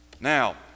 Now